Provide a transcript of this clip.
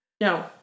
no